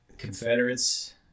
Confederates